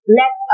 let